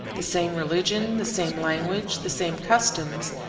the same religion, the same language, the same customs,